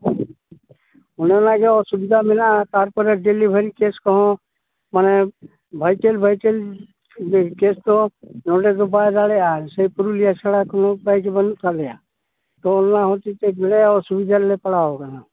ᱚᱱᱮ ᱚᱱᱟᱜᱮ ᱚᱥᱩᱵᱤᱫᱟ ᱢᱮᱱᱟᱜᱼᱟ ᱛᱟᱨᱯᱚᱨᱮ ᱰᱮᱞᱤᱵᱷᱟᱨᱤ ᱠᱮᱥ ᱠᱚᱦᱚᱸ ᱢᱟᱱᱮ ᱵᱷᱟᱭᱴᱮᱞ ᱵᱷᱟᱭᱴᱮᱞ ᱤᱭᱟᱹ ᱠᱮᱥ ᱫᱚ ᱱᱚᱰᱮ ᱫᱚ ᱵᱟᱭ ᱫᱟᱲᱮᱭᱟᱜᱼᱟ ᱥᱮᱭ ᱯᱩᱨᱩᱞᱤᱭᱟ ᱪᱷᱟᱲᱟ ᱠᱚᱱᱳ ᱩᱯᱟᱭ ᱜᱮ ᱵᱟᱹᱱᱩᱜ ᱛᱟᱞᱮᱭᱟ ᱛᱳ ᱚᱱᱟ ᱦᱚᱛᱮᱡ ᱛᱮ ᱡᱷᱮᱲᱮ ᱚᱥᱩᱵᱤᱫᱟ ᱨᱮᱞᱮ ᱯᱟᱲᱟᱣ ᱟᱠᱟᱱᱟ